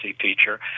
teacher